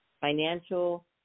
financial